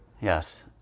Yes